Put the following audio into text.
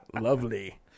Lovely